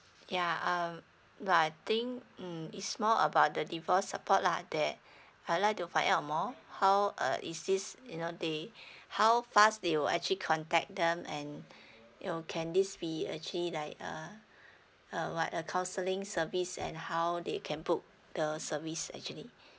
yeah um but I think mm it's more about the divorce support lah that I'd like to find out more how uh is this you know they how fast they will actually contact them and you know can this be actually like uh uh what a counselling service and how they can book the service actually